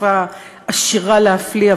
עשירה להפליא,